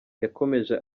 yakomeje